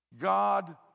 God